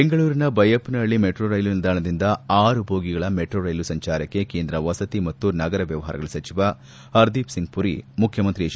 ಬೆಂಗಳೂರಿನ Baiyappanahalli metro rail ನಿಲ್ದಾಣದಿಂದ ಆರು ಬೋಗಿಗಳ ಮೆಟ್ರೋ ರೈಲು ಸಂಚಾರಕ್ಕೆ ಕೇಂದ್ರ ವಸತಿ ಮತ್ತು ನಗರ ವ್ಣವಹಾರಗಳ ಸಚಿವ ಹರ್ದಿಪ್ಸಿಂಗ್ ಪುರಿ ಮುಖ್ಯಮಂತ್ರಿ ಎಚ್